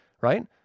Right